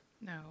No